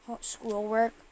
schoolwork